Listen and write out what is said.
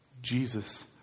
Jesus